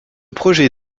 projet